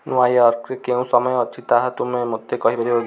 ନୂଆୟର୍କରେ କେଉଁ ସମୟ ଅଛି ତାହା ତୁମେ ମୋତେ କହିପାରିବ କି